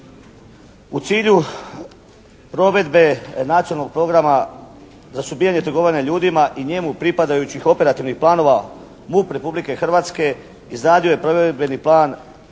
U cilju provedbe Nacionalnog programa za suzbijanje trgovanja ljudima i njemu pripadajućih operativnih planova, MUP Republike Hrvatske izradio je provedbeni plan